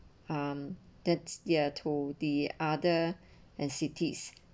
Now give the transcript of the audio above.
um that's ya to the other and cities